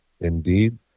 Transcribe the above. Indeed